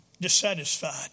Dissatisfied